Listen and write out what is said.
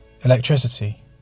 Electricity